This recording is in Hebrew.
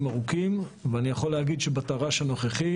ארוכים ואני יכול להגיד שתר"ש הנוכחי,